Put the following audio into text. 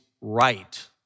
right